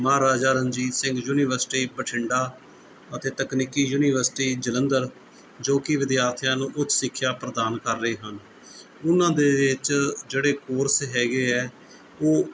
Maharaja Ranjit Singh university Bathinda ਅਤੇ ਤਕਨੀਕੀ university Jalandhar ਜੋ ਕਿ ਵਿਦਿਆਰਥੀਆਂ ਨੂੰ ਉੱਚ ਸਿੱਖਿਆ ਪ੍ਰਦਾਨ ਕਰ ਰਹੇ ਹਨ ਉਹਨਾਂ ਦੇ ਵਿੱਚ ਜਿਹੜੇ ਕੋਰਸ ਹੈਗੇ ਹੈ ਉਹ